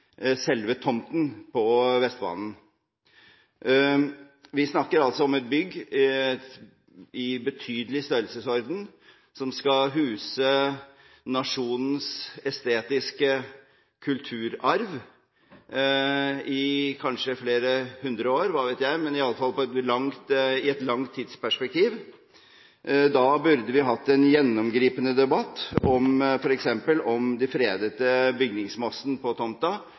selve tomten på Vestbanen. Vi snakker altså om et bygg i en betydelig størrelsesorden som skal huse nasjonens estetiske kulturarv i kanskje flere hundre år – hva vet jeg – i alle fall i et langt tidsperspektiv. Da burde vi hatt en gjennomgripende debatt om f.eks. hvorvidt den fredede bygningsmassen på tomta